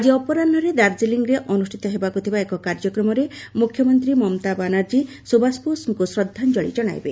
ଆଜି ଅପରାହ୍ନରେ ଦାର୍ଜିଲିରେ ଅନୁଷ୍ଠିତ ହେବାକୁ ଥିବା ଏକ କାର୍ଯ୍ୟକ୍ରମରେ ମୁଖ୍ୟମନ୍ତ୍ରୀ ମମତା ବାନାର୍ଜୀ ସୁଭାଷ ବୋଷଙ୍କୁ ଶ୍ରଦ୍ଧାଞ୍ଜଳୀ ଜଣାଇବେ